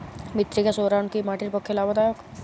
মৃত্তিকা সৌরায়ন কি মাটির পক্ষে লাভদায়ক?